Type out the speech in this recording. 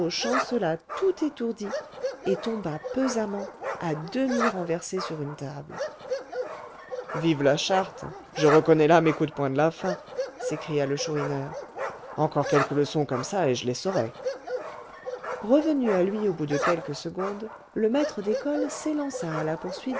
chancela tout étourdi et tomba pesamment à demi renversé sur une table vive la charte je reconnais là mes coups de poing de la fin s'écria le chourineur encore quelques leçons comme ça et je les saurai revenu à lui au bout de quelques secondes le maître d'école s'élança à la poursuite